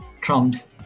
trumps